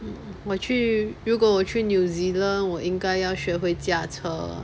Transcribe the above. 我去如果我去 new zealand 我应该要学会驾车